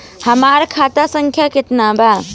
हमार खाता संख्या केतना बा?